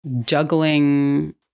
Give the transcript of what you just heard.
juggling